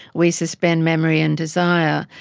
we suspend memory and desire.